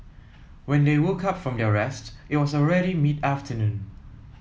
when they woke up from their rest it was already mid afternoon